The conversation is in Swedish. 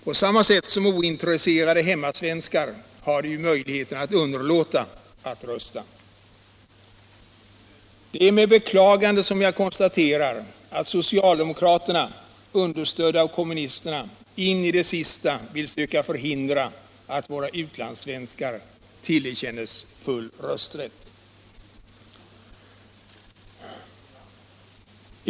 På samma sätt som ointresserade hemmasvenskar har de ju möjligheten att underlåta att rösta. Det är med beklagande jag konstaterar att socialdemokraterna, understödda av kommunisterna, in i det sista vill söka begränsa antalet röstberättigade utlandssvenskar.